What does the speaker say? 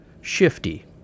Shifty